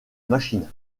machine